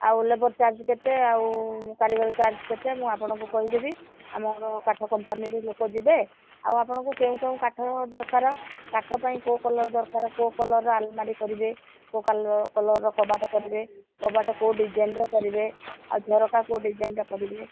ଆଉ labour charge କେତେ ଆଉ କାରିଗରୀ ଚାର୍ଜ୍ କେତେ ମୁଁ ଆପଣଙ୍କୁ କହି ଦେବି ଆମର କାଠ କମ୍ପାନୀରୁ ଲୋକ ଯିବେ ଆଉ ଆପଣଙ୍କୁ କେଉଁ କେଉଁ କାଠ ଦରକାର କାଠ ପାଇଁ କୋଉ କଲର୍ ଦରକାର କୋଉ କଲର୍ର ଆଲ୍ମାରୀ କରିବେ କୋଉ କଲର୍ କଲର୍ର କବାଟ କରିବେ କବାଟ କୋଉ ଡିଜାଇନ୍ର କରିବେ ଆଉ ଝରକା କୋଉ ଡିଜାଇନ୍ର କରିବେ